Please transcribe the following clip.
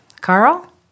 Carl